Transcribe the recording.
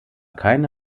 keine